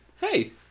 hey